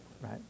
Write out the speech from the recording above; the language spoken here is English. right